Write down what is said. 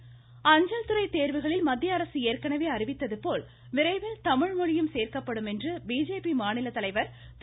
முருகன் அஞ்சல்துறை தேர்வுகளில் மத்திய அரசு ஏற்கனவே அறிவித்தது போல விரைவில் தமிழ் மொழியும் சேர்க்கப்படும் என்று பிஜேபி மாநிலத்தலைவர் திரு